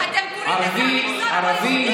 ערבים,